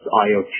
IoT